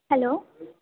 hello